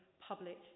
public